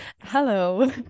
Hello